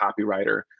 copywriter